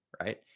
right